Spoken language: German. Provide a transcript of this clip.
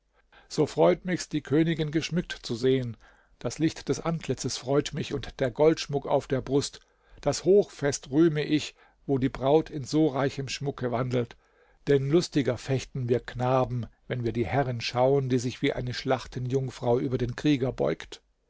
so freut mich's die königin geschmückt zu sehen das licht des antlitzes freut mich und der goldschmuck auf der brust das hochfest rühme ich wo die braut in so reichem schmucke wandelt denn lustiger fechten wir knaben wenn wir die herrin schauen die sich wie eine schlachtenjungfrau über den krieger beugt